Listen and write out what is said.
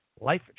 Life